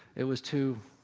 it was too,